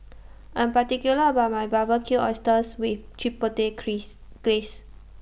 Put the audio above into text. I'm particular about My Barbecued Oysters with Chipotle Kris Glaze